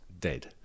dead